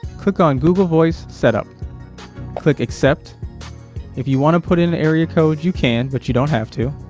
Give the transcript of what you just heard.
click on google voice setup click accept if you want to put in an area code you can but you don't have to